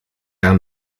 aan